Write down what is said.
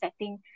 setting